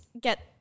get